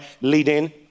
leading